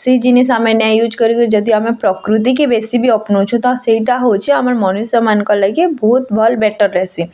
ସେଇ ଜିନିଷ୍ ଆମେ ନାଇ ୟୁଜ୍ କରୁ ଯଦି ଆମେ ପ୍ରକୃତି କି ବେଶୀ ବି ଅପନ୍ଉଛୁ ତ ସେଇଟା ହଉଛି ଆମ ମଣିଷମାନଙ୍କ ଲାଗି ବହୁତ ଭଲ୍ ବେଟର୍ ହେସି